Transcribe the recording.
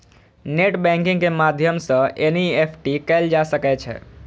net banking के माध्यम सं एन.ई.एफ.टी कैल जा सकै छै